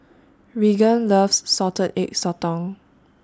Raegan loves Salted Egg Sotong